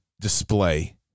display